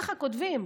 ככה כותבים,